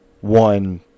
one